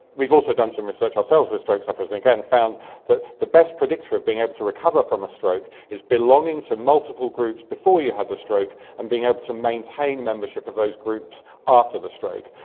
we've also done some research ourselves with stroke sufferers and and found that the best predictor of being able to recover from a stroke is belonging to multiple groups before you have the stroke and being able to maintain memberships of those groups after the stroke.